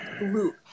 loop